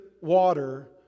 water